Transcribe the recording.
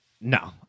No